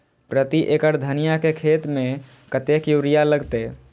प्रति एकड़ धनिया के खेत में कतेक यूरिया लगते?